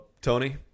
Tony